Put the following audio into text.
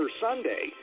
Sunday